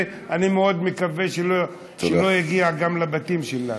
ואני מאוד מקווה שלא יגיע גם לבתים שלנו.